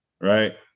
Right